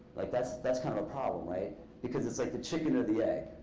like that's that's kind of a problem, right because it's like the chicken or the egg.